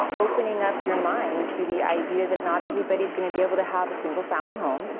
opening up your mind to the idea that not everybody is going to be able to have a single family home.